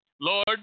Lord